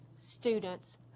students